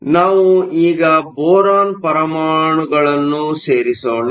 ಆದ್ದರಿಂದ ನಾವು ಈಗ ಬೋರಾನ್ ಪರಮಾಣುಗಳನ್ನು ಸೇರಿಸೋಣ